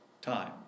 time